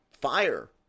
fire